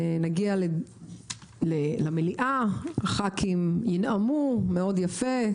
ונגיע למליאה, הח"כים ינאמו מאוד יפה.